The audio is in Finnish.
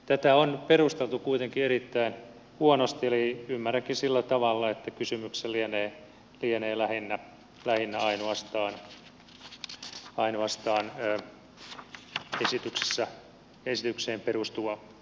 tätä on perusteltu kuitenkin erittäin huonosti eli ymmärränkin sillä tavalla että kysymyksessä lienee lähinnä ainoastaan esitykseen perustuva toive